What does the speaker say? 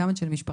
גם את של משפחתי.